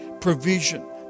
provision